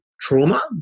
trauma